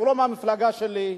הוא לא מהמפלגה שלי,